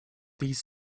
these